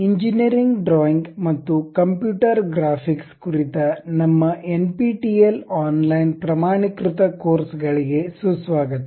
engineering drawing ಮತ್ತು computer graphics ಕುರಿತ ನಮ್ಮ N P T E L online ಪ್ರಮಾಣೀಕೃತ ಕೋರ್ಸ್ ಗಳಿಗೆ ಸುಸ್ವಾಗತ